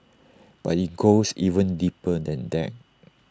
but IT goes even deeper than that